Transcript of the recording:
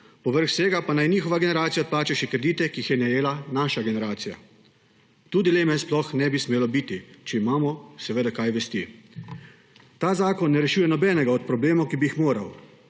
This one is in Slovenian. povrh vsega pa naj njihova generacija odplača še kredite, ki jih je najela naša generacija. Tu dileme sploh ne bi smelo biti, če imamo seveda kaj vesti. Ta zakon ne rešuje nobenega od problemov, ki bi jih moral.